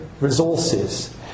resources